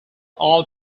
all